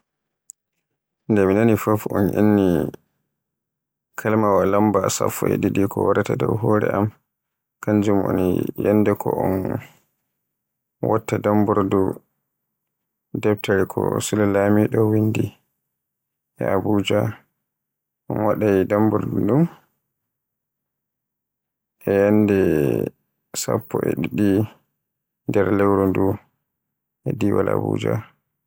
Nde mi nani fuf un inni kalimaawa lamba sappo e ɗiɗi ko waraata dow hore am, kanjum woni ñyalde ko un watta dambordu deftere ko Sule Lamiɗo windi e Abuja Un wadaay dambordu ndun e ñyalde sappo e ɗiɗi nder lewru ndu e diiwal Abuja.